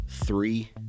Three